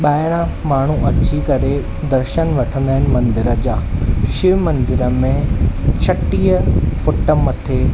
ॿाहिरां माण्हू अची करे दर्शन वठंदा आहिनि मंदर जा शिव मंदर में छटीह फ़ुट मथे